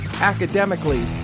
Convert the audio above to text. academically